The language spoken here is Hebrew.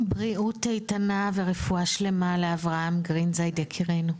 בריאות איתנה ורפואה שלמה לאברהם גרינזייד יקירנו.